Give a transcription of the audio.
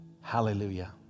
Hallelujah